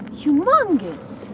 humongous